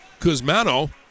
Kuzmano